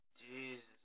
Jesus